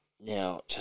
Now